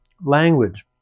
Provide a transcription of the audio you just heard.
language